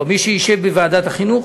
או מי שישב בוועדת החינוך.